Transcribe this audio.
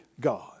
God